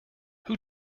who